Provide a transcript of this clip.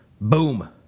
Boom